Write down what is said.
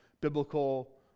biblical